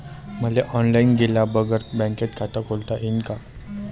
मले ऑनलाईन गेल्या बगर बँकेत खात खोलता येईन का?